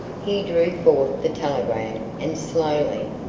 he drew forth the telegram and slowly,